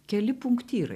keli punktyrai